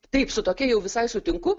taip su tokia jau visai sutinku